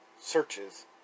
searches